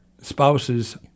spouses